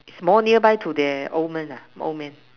is more nearby to that old man nah old man